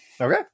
Okay